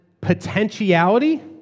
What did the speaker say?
potentiality